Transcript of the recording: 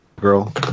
Girl